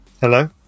Hello